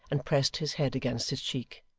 and pressed his head against his cheek.